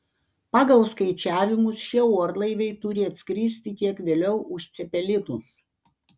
pagal skaičiavimus šie orlaiviai turi atskristi kiek vėliau už cepelinus